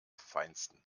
feinsten